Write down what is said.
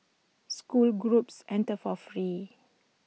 school groups enter for free